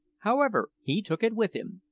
however, he took it with him,